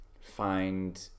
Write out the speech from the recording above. find